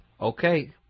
Okay